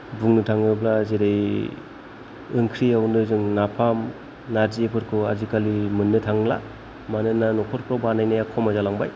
बुंनो थाङोब्ला जेरै ओंख्रियावनो जों नाफाम नारजिफोरखौ आजिखालि मोननो थांला मानोना न'खरफ्राव बानायनाया खम जालांबाय